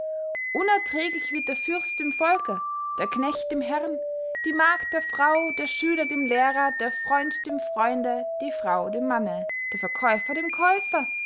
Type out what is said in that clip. unerträglich wird der fürst dem volke der knecht dem herrn die magd der frau der schüler dem lehrer der freund dem freunde die frau dem manne der verkäufer dem käufer